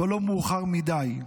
אבל לא מאוחר מדי.